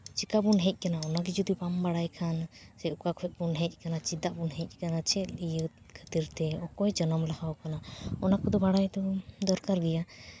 ᱪᱤᱠᱟᱹᱵᱚᱱ ᱦᱮᱡ ᱟᱠᱟᱱᱟ ᱚᱱᱟᱜᱮ ᱡᱩᱫᱤ ᱵᱟᱢ ᱵᱟᱲᱟᱭ ᱠᱷᱟᱱ ᱥᱮ ᱚᱠᱟ ᱠᱷᱚᱱ ᱵᱚᱱ ᱦᱮᱡ ᱟᱠᱟᱱᱟ ᱪᱮᱫᱟᱜ ᱵᱚᱱ ᱦᱮᱡ ᱟᱠᱟᱱᱟ ᱪᱮᱫ ᱠᱷᱟᱹᱛᱤᱨ ᱛᱮ ᱚᱠᱚᱭ ᱡᱟᱱᱟᱢ ᱞᱟᱦᱟ ᱟᱠᱟᱱᱟ ᱚᱱᱟ ᱠᱚᱫᱚ ᱵᱟᱲᱟᱭ ᱛᱟᱵᱚᱱ ᱫᱚᱨᱠᱟᱨ ᱜᱮᱭᱟ